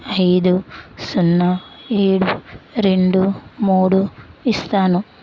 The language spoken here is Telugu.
ఐదు సున్నా ఏడు రెండు మూడు ఇస్తాను